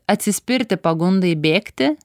atsispirti pagundai bėgti